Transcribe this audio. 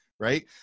right